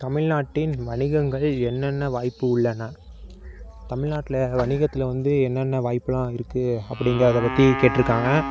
தமிழ்நாட்டில் வணிகங்களில் என்னென்ன வாய்ப்பு உள்ளன தமிழ்நாட்டில் வணிகத்தில் வந்து என்னென்ன வாய்ப்பெலாம் இருக்குது அப்படின்னு அதை பற்றி கேட்டிருக்காங்க